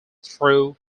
through